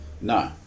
No